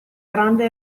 grande